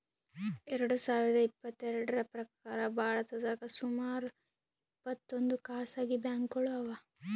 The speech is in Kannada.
ಎರಡ ಸಾವಿರದ್ ಇಪ್ಪತ್ತೆರಡ್ರ್ ಪ್ರಕಾರ್ ಭಾರತದಾಗ್ ಸುಮಾರ್ ಇಪ್ಪತ್ತೊಂದ್ ಖಾಸಗಿ ಬ್ಯಾಂಕ್ಗೋಳು ಅವಾ